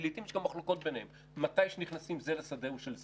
ולעתים יש גם מחלוקות ביניהם כשנכנסים זה לשדהו של זה.